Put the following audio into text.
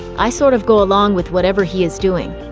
i sort of go along with whatever he is doing.